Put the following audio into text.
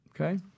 Okay